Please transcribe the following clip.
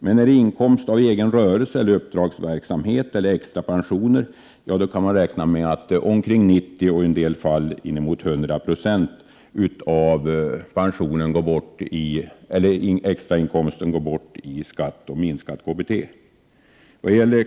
Men är det inkomst av egen rörelse eller uppdragsverksamhet eller extrapensioner, kan de räkna med att omkring 90 och i en del fall inemot 100 92 går bort i skatt och minskat KBT.